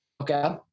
Okay